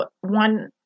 one